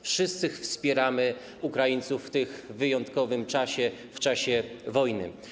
Wszyscy wspieramy Ukraińców w tym wyjątkowym czasie, w czasie wojny.